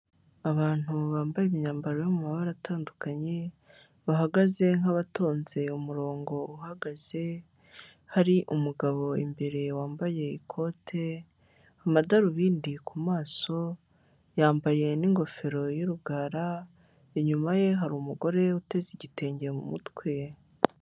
Abantu bambaye imyambaro yo mu mabara atandukanye bahagaze nk'abatonze umurongo uhagaze, hari umugabo imbere wambaye ikote amadarubindi ku maso, yambaye n'ingofero y'urugara, inyuma ye hari umugore uteze igitenge mu mutwe.